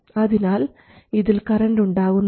അതിനാൽ ഇതിൽ കറൻറ് ഉണ്ടാകുന്നില്ല